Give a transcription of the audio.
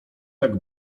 tak